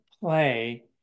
play